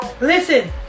listen